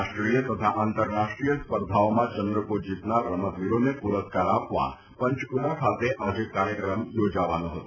રાષ્ટ્રીય તથા આંતરરાષ્ટ્રીય સ્પર્ધાઓમાં ચંદ્રકો જીતનાર રમતવીરોને પુરસ્કાર આપવા પંચકુલા ખાતે આજે કાર્યક્રમ યોજવાનો હતો